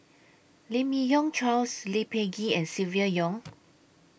Lim Yi Yong Charles Lee Peh Gee and Silvia Yong